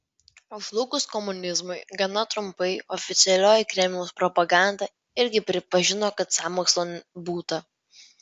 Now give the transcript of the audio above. žlugus komunizmui gana trumpai oficialioji kremliaus propaganda irgi pripažino kad sąmokslo būta